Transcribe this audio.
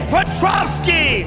Petrovsky